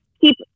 keep